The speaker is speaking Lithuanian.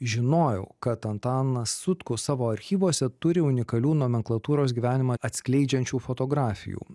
žinojau kad antanas sutkus savo archyvuose turi unikalių nomenklatūros gyvenimą atskleidžiančių fotografijų